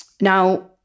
Now